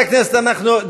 אה, כן, יכול להיות.